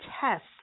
test